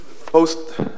post